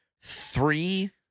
Three